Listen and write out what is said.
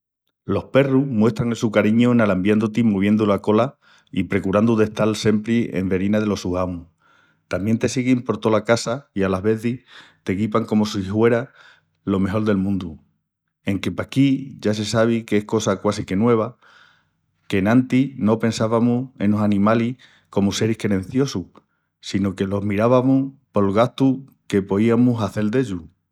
Los perrus muestran el su cariñu en alambiandu-ti, moviendu la cola i precurandu d'estal siempri enverina los sus amus. Tamién te siguin por tola casa i alas vezis te guipan comu si hueras lo mejol del mundu. Enque paquí ya sabis qu'es cosa quasi que nueva, qu'enantis no pensavamus enos animalis comu seris querenciosus sino que los miravamus pol gastu que poiamus hazel d'ellus.